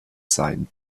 sein